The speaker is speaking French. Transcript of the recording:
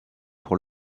pour